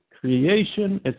creation